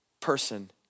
person